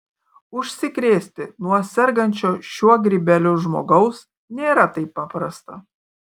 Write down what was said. užsikrėsti nuo sergančio šiuo grybeliu žmogaus nėra taip paprasta